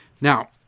Now